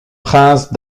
prince